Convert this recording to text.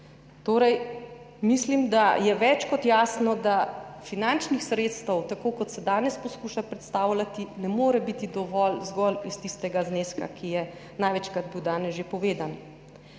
evrov. Mislim, da je več kot jasno, da finančnih sredstev, tako kot se danes poskuša predstavljati, ne more biti dovolj zgolj iz tistega zneska, ki je bil največkrat danes že povedan.